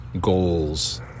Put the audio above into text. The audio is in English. goals